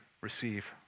receive